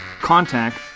contact